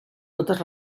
totes